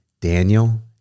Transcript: daniel